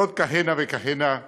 ועוד כהנה וכהנה קלקולים.